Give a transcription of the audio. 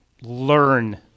learn